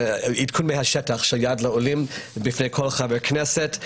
עדכון מהשטח של יד לעולם בפני כל חבר כנסת.